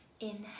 Inhale